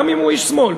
גם אם הוא איש שמאל,